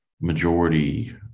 majority